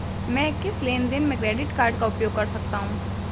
मैं किस लेनदेन में क्रेडिट कार्ड का उपयोग कर सकता हूं?